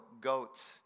goats